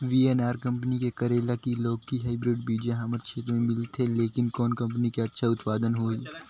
VNR company के करेला की लौकी हाईब्रिड बीजा हमर क्षेत्र मे मिलथे, लेकिन कौन कंपनी के अच्छा उत्पादन होही?